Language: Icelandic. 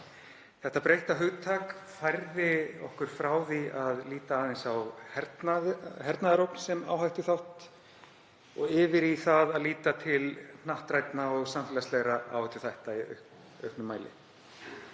Þetta breytta hugtak færði okkur frá því að líta aðeins á hernaðarógn sem áhættuþátt og yfir í það að líta til hnattrænna og samfélagslegra áhættuþátta í auknum mæli.